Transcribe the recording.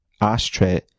Ashtray